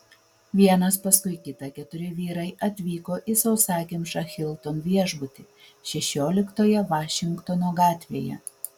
vienas paskui kitą keturi vyrai atvyko į sausakimšą hilton viešbutį šešioliktoje vašingtono gatvėje